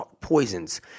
poisons